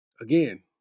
Again